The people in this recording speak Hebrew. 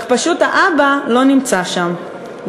רק פשוט האבא לא נמצא שם,